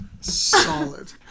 solid